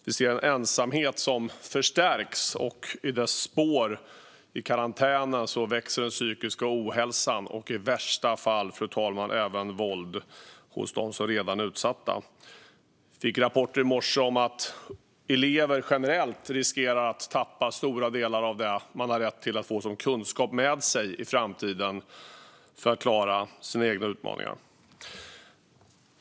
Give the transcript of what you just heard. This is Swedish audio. Vi ser en ensamhet som förstärks, och i dess spår - i karantänen - växer den psykiska ohälsan och i värsta fall även våld mot dem som redan är utsatta. Jag fick rapporter i morse om att elever generellt riskerar att tappa stora delar av de kunskaper som de har rätt att få med sig för framtiden för att klara sina egna utmaningar.